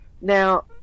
Now